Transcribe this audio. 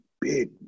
big